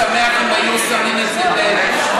אני הייתי שמח אם היו שמים את זה ב-20:00,